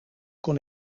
kon